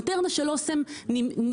מטרנה של אסם נקנתה,